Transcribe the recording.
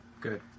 good